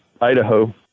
Idaho